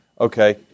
Okay